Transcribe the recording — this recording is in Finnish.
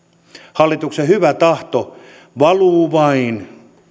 hallituksen hyvä tahto valuu vain